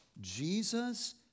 Jesus